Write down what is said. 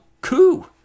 coup